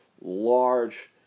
large